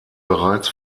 bereits